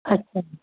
अच्छा